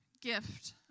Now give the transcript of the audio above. gift